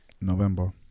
November